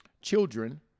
children